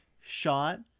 shot